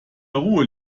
ruhe